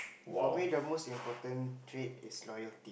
for me the most important thread is loyalty